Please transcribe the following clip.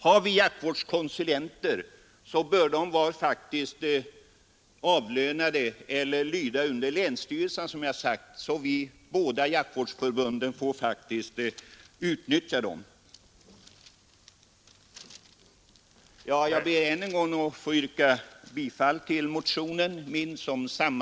Har vi jaktvårdskonsulenter, bör de lyda under och vara avlönade av länsstyrelsen, så att båda jaktvårdsförbunden kan utnyttja dem.